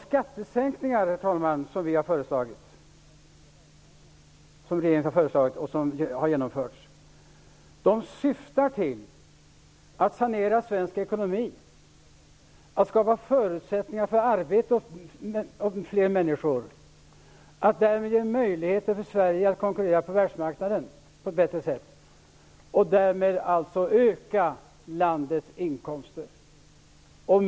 De skattesänkningar som regeringen har föreslagit och som har genomförts syftar till att sanera svensk ekonomi, att skapa förutsättningar för arbete åt fler människor, att ge möjligheter för Sverige att på ett bättre sätt konkurrera på världsmarknaden och därmed till att öka landets inkomster.